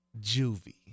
Juvie